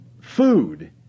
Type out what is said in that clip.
food